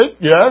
Yes